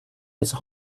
his